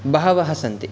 बहवः सन्ति